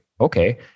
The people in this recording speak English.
okay